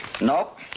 Nope